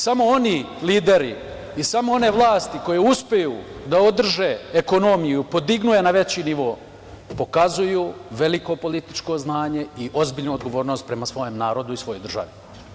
Samo oni lideri i samo one vlasti koje uspeju da održe ekonomiju, podignu je na veći nivo, pokazuju veliko političko znanje i ozbiljnu odgovornost prema svom narodu i svojoj državi.